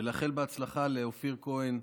ונפטר לפני שנה מקורונה, ולאחל בהצלחה לאופיר כהן,